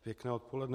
Pěkné odpoledne.